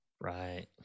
Right